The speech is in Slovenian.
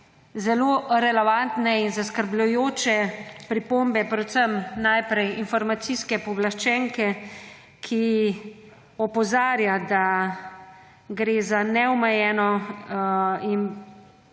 zelo relevantne in zaskrbljujoče pripombe, predvsem najprej informacijske pooblaščenke, ki opozarja, da gre za neomejeno in